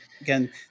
again